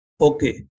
Okay